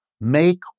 make